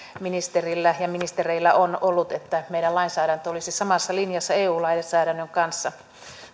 ministerillä ja ja ministereillä ovat olleet että meidän lainsäädäntömme olisi samassa linjassa eu lainsäädännön kanssa